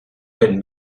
ben